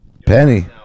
Penny